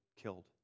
killed